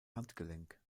handgelenk